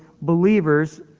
believers